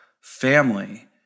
family